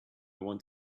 want